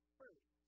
first